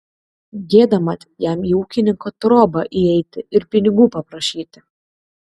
gėda mat jam į ūkininko trobą įeiti ir pinigų paprašyti